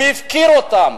הוא הפקיר אותם,